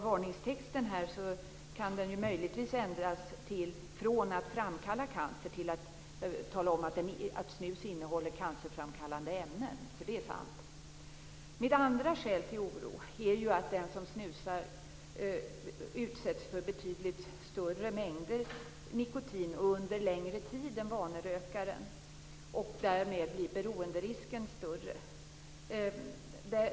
Varningstexten kan möjligtvis ändras från "orsakar cancer" till att redovisa att snus innehåller cancerframkallande ämnen, för det är sant. Mitt andra skäl till oro är att den som snusar utsätts för betydligt större mängder nikotin under längre tid än vanerökare och att beroenderisken därmed blir större.